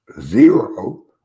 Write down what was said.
zero